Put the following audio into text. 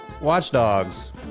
watchdogs